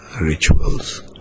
rituals